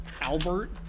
Albert